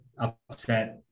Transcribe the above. upset